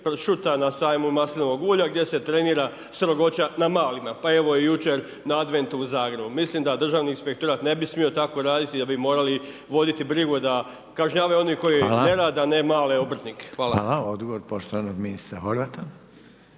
pršuta, na sajmu maslinovog ulja gdje se trenira strogoća na malima. Pa evo i jučer na Adventu u Zagrebu. Mislim da Državni inspektorat ne bi smio tako raditi, da bi morali voditi brigu da kažnjavaju oni koji ne rade a ne male obrtnike. Hvala. **Reiner, Željko (HDZ)** Hvala.